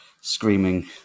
screaming